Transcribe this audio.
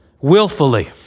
willfully